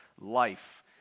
life